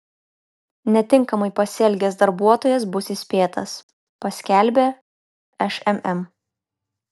netinkamai pasielgęs darbuotojas bus įspėtas paskelbė šmm